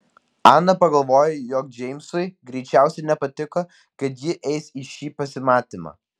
ana pagalvojo jog džeimsui greičiausiai nepatiko kad ji eis į šį pasimatymą